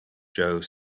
joe